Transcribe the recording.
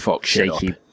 shaky